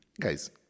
guys